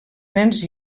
nens